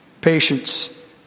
patience